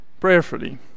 prayerfully